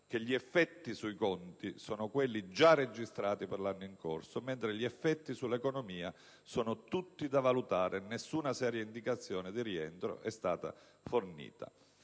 che gli effetti sui conti sono quelli già registrati per l'anno in corso, mentre gli effetti sull'economia sono tutti da valutare e nessuna seria indicazione di rientro è stata fornita.